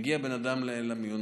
מגיע בן אדם למיון,